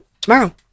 tomorrow